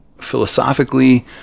philosophically